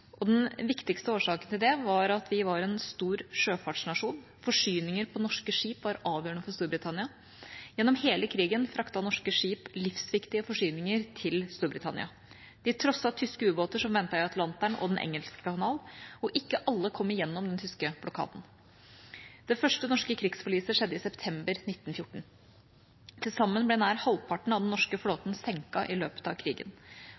og den viktigste årsaken til det var at vi var en stor sjøfartsnasjon. Forsyninger på norske skip var avgjørende for Storbritannia. Gjennom hele krigen fraktet norske skip livsviktige forsyninger til Storbritannia. De trosset tyske ubåter som ventet i Atlanteren og Den engelske kanal, og ikke alle kom igjennom den tyske blokaden. Det første norske krigsforliset skjedde i september 1914. Til sammen ble nær halvparten av den norske flåten senket i løpet av krigen.